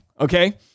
okay